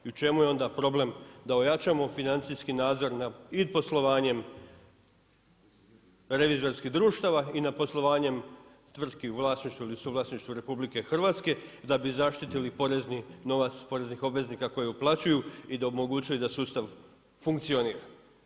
I u čemu je onda problem da ojačamo financijski nadzor nad i poslovanjem revizorskih društava i nad poslovanjem tvrtke di su u vlasništvu RH, da bi zaštitili porezni novac poreznih obveznika koji uplaćuju da bi omogućili da sustav funkcionira.